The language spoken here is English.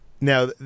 Now